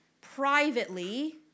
privately